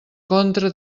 contra